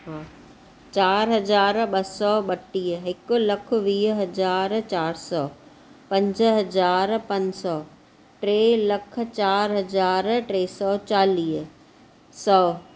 चारि हज़ार ॿ सौ ॿटीह हिकु लखु वीह हज़ार चारि सौ पंज हज़ार पंज सौ टे लख चारि हज़ार टे सौ चालीह सौ